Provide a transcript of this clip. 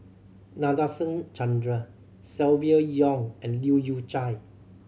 Nadasen Chandra Silvia Yong and Leu Yew Chye